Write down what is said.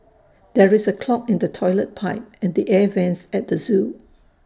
there is A clog in the Toilet Pipe and the air Vents at the Zoo